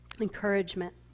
Encouragement